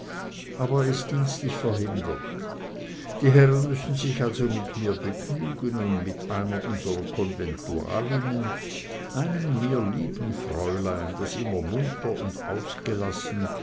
aber er ist dienstlich verhindert die herren müssen sich also mit mir begnügen und mit einer unsrer konventualinnen einem mir lieben fräulein das immer munter und ausgelassen